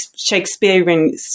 Shakespearean